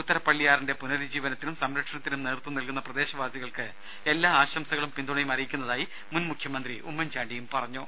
ഉത്തരപള്ളിയാറിന്റെ പുനരുജ്ജീവനത്തിനും സംരക്ഷണത്തിനും നേതൃത്വം നൽകുന്ന പ്രദേശവാസികൾക്ക് എല്ലാവിധ ആശംസകളും പിന്തുണയും അറിയിക്കുന്നതായി മുൻ മുഖ്യമന്ത്രി ഉമ്മൻചാണ്ടി പറഞ്ഞു